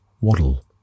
waddle